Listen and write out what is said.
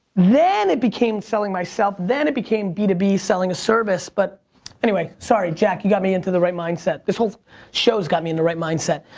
then it became selling myself. then it became b two b selling a service. but anyway, sorry, jack, you got me into the right mindset. this whole show has got me in the right mindset.